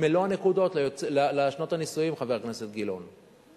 מלוא הנקודות לשנות הנישואים, חבר הכנסת גילאון.